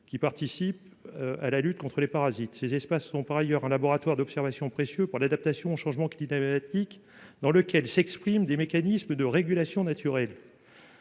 participant à la lutte contre les parasites. Ces espaces sont, par ailleurs, un laboratoire d'observation précieux pour l'adaptation au changement climatique, au sein duquel s'expriment des mécanismes de régulation naturelle.